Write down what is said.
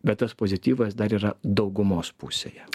bet tas pozityvas dar yra daugumos pusėje